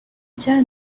turned